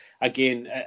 again